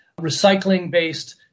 recycling-based